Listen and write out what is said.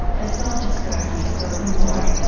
a self-described suburban boy,